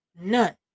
none